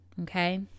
okay